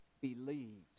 believed